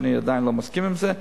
אני עדיין לא מסכים עם זה.